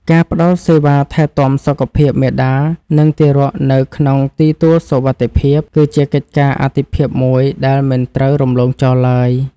ការផ្តល់សេវាថែទាំសុខភាពមាតា និងទារកនៅក្នុងទីទួលសុវត្ថិភាព គឺជាកិច្ចការអាទិភាពមួយដែលមិនត្រូវរំលងចោលឡើយ។